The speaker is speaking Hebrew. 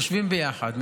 יושבים ביחד,